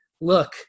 look